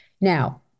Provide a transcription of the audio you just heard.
Now